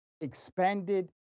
expanded